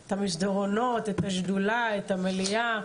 את המסדרונות, את השדולה, את המליאה,